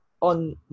on